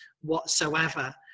whatsoever